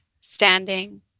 standing